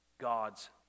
God's